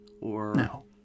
No